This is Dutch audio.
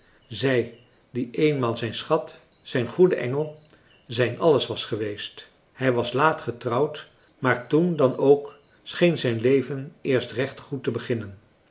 zij die eenmaal zijn schat zijn goede engel zijn alles was geweest hij was laat getrouwd maar toen dan ook scheen zijn leven eerst recht goed te beginnen